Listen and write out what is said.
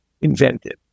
invented